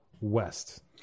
west